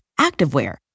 activewear